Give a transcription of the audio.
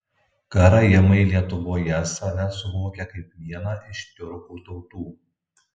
karaimai lietuvoje save suvokia kaip vieną iš tiurkų tautų